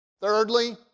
Thirdly